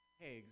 hey